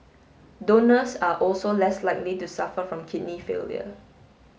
donors are also less likely to suffer from kidney failure